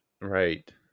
Right